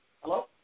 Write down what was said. Hello